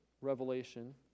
Revelation